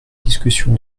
discussion